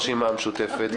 הרשימה המשותפת,